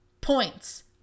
points